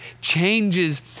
changes